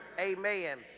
Amen